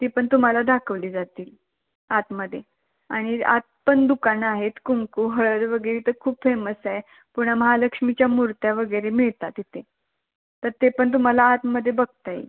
ती पण तुम्हाला दाखवली जातील आतमध्ये आणि आत पण दुकानं आहेत कुंकू हळद वगैरे इथं खूप फेमस आहे पुन्हा महालक्ष्मीच्या मूर्त्या वगैरे मिळतात इथे तर ते पण तुम्हाला आतमध्ये बघता येईल